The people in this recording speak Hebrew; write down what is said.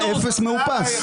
אתה אפס מאופס.